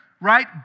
right